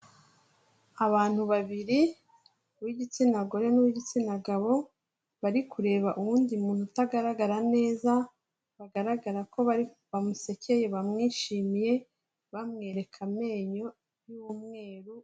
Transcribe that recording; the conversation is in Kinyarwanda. Abantu babiri uw'igitsina gore n'uw'igitsina gabo bari kureba uwundi muntu utagaragara neza bagaragara ko bamusekeye bamwishimiye bamwereka amenyo y'umweru.